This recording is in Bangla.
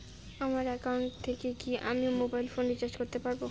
আমার একাউন্ট থেকে কি আমি মোবাইল ফোন রিসার্চ করতে পারবো?